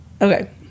Okay